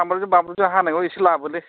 सामब्रामजों बानलुजों हानायखौ इसे लाबोलै